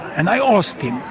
and i asked him,